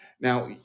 Now